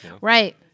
Right